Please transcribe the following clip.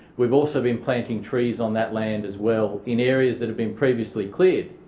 we've also been planting trees on that land as well in areas that have been previously cleared.